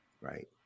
right